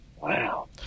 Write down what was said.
Wow